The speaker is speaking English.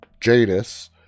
Jadis